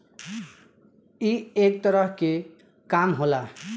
ई एक तरह के काम होला